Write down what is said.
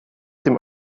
dem